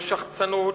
לשחצנות,